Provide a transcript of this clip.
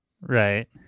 Right